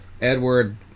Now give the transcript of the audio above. Edward